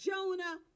Jonah